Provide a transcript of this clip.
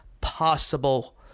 possible